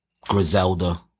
Griselda